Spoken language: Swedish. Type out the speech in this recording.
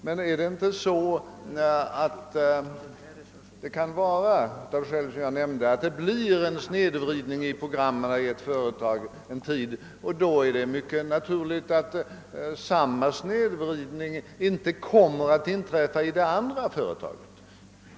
Men är det inte så att det av skäl som jag nämnde kan bli en snedvridning i ett TV-företags program? Och är det då inte mycket naturligt att samma snedvridning inte inträffar samtidigt i det andra företaget?